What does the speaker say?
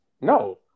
No